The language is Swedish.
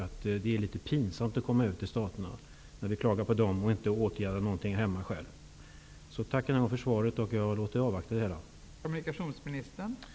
Det blir litet pinsamt att komma över till Staterna när vi klagar på amerikanerna och själva inte åtgärdar någonting hemma. Jag tackar än en gång för svaret. Jag avvaktar utredningen.